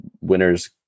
winners